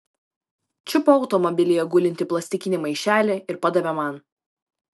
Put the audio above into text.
čiupo automobilyje gulintį plastikinį maišelį ir padavė man